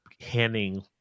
handing